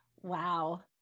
Wow